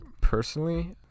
personally